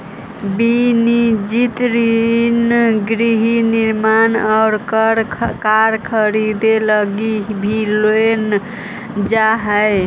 वनिजी ऋण गृह निर्माण और कार खरीदे लगी भी लेल जा हई